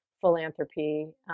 philanthropy